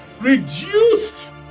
reduced